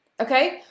Okay